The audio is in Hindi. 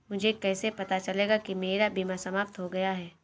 मुझे कैसे पता चलेगा कि मेरा बीमा समाप्त हो गया है?